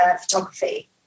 photography